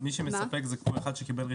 מי שמספק זה כמו אחד שקיבל רישיון?